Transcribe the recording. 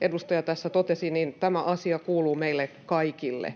edustaja tässä totesi, tämä asia kuuluu meille kaikille.